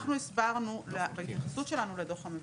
מה שאנחנו הסברנו בהתייחסות שלנו לדוח המבקר,